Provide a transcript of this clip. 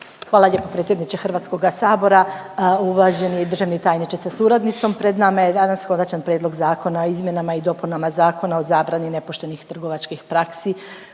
Hvala lijepo potpredsjedniče Hrvatskoga sabora. Uvaženi državni tajniče, kolegice i kolege pred nama je Konačan prijedlog zakona o izmjenama i dopunama Zakona o zabrani nepoštenih trgovačkih praksi